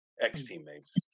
ex-teammates